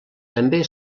també